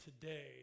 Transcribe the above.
today